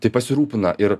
tai pasirūpina ir